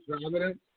Providence